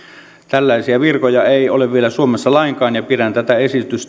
tällaisia virkoja ei ole vielä suomessa lainkaan ja pidän tätä esitystä näiltä